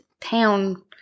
town